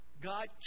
God